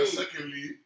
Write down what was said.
secondly